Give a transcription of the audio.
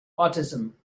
autism